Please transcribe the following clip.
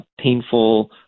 painful